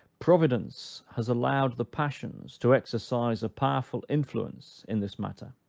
providence has allowed the passions to exercise a powerful influence in this matter,